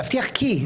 להבטיח כי.